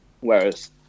Whereas